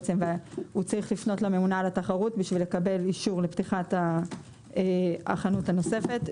צריך לפנות לממונה על התחרות כדי לקבל אישור לפתיחת החנות הנוספת.